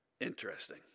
interesting